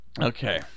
Okay